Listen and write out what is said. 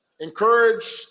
encourage